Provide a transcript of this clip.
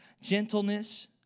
gentleness